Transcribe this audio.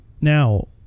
now